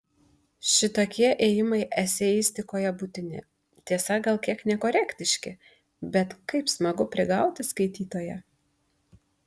šitokie ėjimai eseistikoje būtini tiesa gal kiek nekorektiški bet kaip smagu prigauti skaitytoją